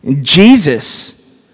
Jesus